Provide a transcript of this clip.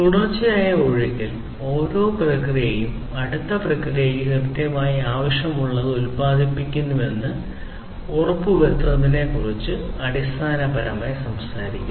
തുടർച്ചയായ ഒഴുക്കിൽ ഓരോ പ്രക്രിയയും അടുത്ത പ്രക്രിയയ്ക്ക് കൃത്യമായി ആവശ്യമുള്ളത് ഉത്പാദിപ്പിക്കുന്നുവെന്ന് ഉറപ്പുവരുത്തുന്നതിനെക്കുറിച്ച് അടിസ്ഥാനപരമായി സംസാരിക്കുന്നു